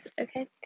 okay